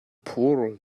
phul